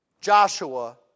Joshua